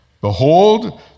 Behold